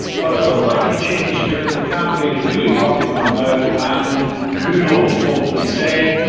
but of course that could change because the campaign is really hotting up now and who knows what will be said.